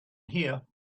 here